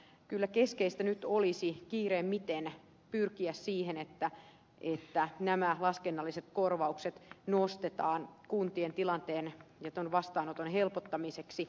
kyllä keskeistä nyt olisi kiireimmiten pyrkiä siihen että nämä laskennalliset korvaukset nostetaan kuntien tilanteen ja vastaanoton helpottamiseksi